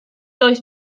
oes